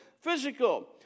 physical